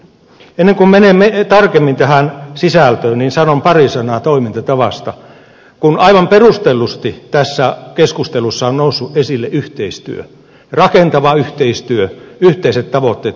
ennen kuin menemme tarkemmin tähän sisältöön niin sanon pari sanaa toimintatavasta kun aivan perustellusti tässä keskustelussa on noussut esille yhteistyö rakentava yhteistyö yhteiset tavoitteet ja niiden merkitys